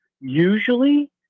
Usually